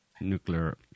nuclear